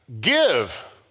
Give